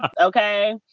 Okay